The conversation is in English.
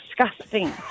disgusting